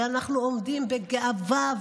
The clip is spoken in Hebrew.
אנחנו עומדים בגאווה,